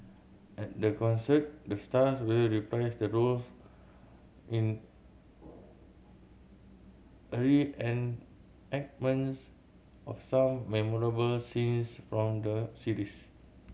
at the concert the stars will reprise the roles in of some memorable scene from the series